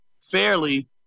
fairly